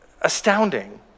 astounding